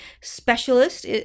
specialist